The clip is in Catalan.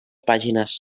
pàgines